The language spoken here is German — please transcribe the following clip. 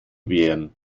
wehren